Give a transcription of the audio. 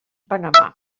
panamà